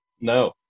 no